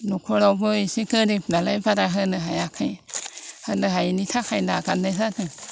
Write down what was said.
न'खरावबो इसे गोरिब नालाय बारा होनो हायाखै होनो हायिनि थाखाय नागारनाय जादों